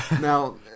Now